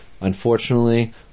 unfortunately